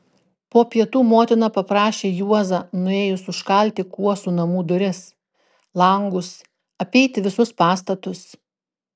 po pietų motina paprašė juozą nuėjus užkalti kuosų namų duris langus apeiti visus pastatus